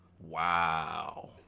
Wow